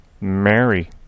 Mary